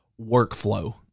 workflow